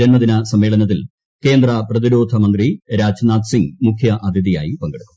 ജന്മദിന സമ്മേളനത്തിൽ കേന്ദ്ര പ്രതിരോധമന്ത്രി രാജ്നാഥ് സിങ്ങ് മുഖ്യാതിഥിയായി പങ്കെടുക്കും